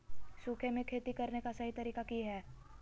सूखे में खेती करने का सही तरीका की हैय?